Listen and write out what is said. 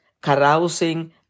carousing